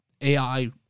AI